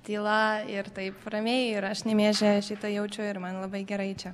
tyla ir taip ramiai ir aš nemėžyje šitą jaučiu ir man labai gerai čia